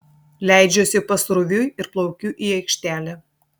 leidžiuosi pasroviui ir plaukiu į aikštelę